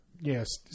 Yes